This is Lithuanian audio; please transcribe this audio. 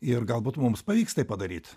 ir galbūt mums pavyks tai padaryt